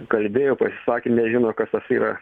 kalbėjo pasisakė nežino kas tas yra